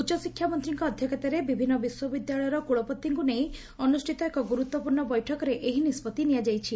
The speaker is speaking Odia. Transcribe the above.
ଉଚ୍ଚଶିକ୍ଷା ମନ୍ତୀଙ୍କ ଅଧ୍ୟକ୍ଷତାରେ ବିଭିନ୍ନ ବିଶ୍ୱବିଦ୍ୟାଳୟର କୁଳପତିଙ୍କୁ ନେଇ ଅନୁଷ୍ବିତ ଏକ ଗୁରୁତ୍ୱପୂର୍ଶ୍ଣ ବେଠକରେ ଏହି ନିଷ୍ବଭି ନିଆଯାଇଛି